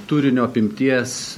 turinio apimties